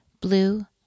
blue